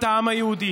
כמדינת העם היהודי.